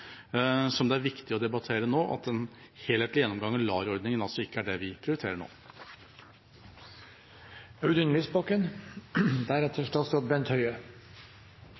som det er viktig å debattere nå, og at en helhetlig gjennomgang av LAR-ordningen altså ikke er det vi prioriterer nå.